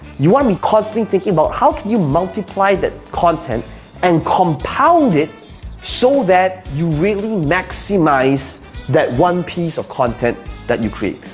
you wanna be constantly thinking about how can you multiply that content and compound it so that you really maximize that one piece of content that you create.